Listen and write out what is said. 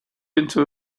into